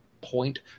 point